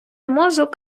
мозок